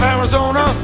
Arizona